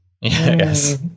yes